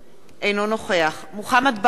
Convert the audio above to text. אינו נוכח אבישי ברוורמן, אינו נוכח מוחמד ברכה,